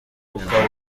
bukaba